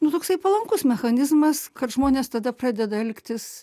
nu toksai palankus mechanizmas kad žmonės tada pradeda elgtis